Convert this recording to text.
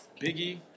Biggie